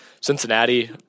cincinnati